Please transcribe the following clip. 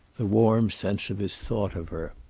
the warm sense of his thought of her.